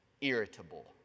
irritable